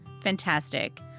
Fantastic